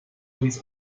uns